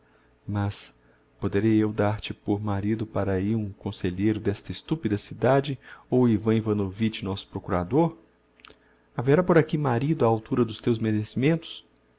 mas poderei eu dar-te por marido para ahi um conselheiro d'esta estupida cidade ou o ivan ivanovitch nosso procurador haverá por aqui marido á altura dos teus merecimentos